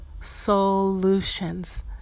solutions